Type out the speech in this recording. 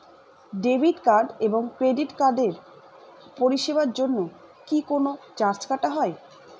Debit card এবং credit কার্ডের পরিষেবার জন্য কি কোন চার্জ কাটা হয়?